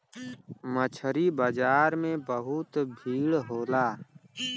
मछरी बाजार में बहुत भीड़ होला